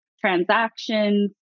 transactions